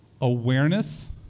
Awareness